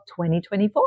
2024